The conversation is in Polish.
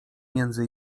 między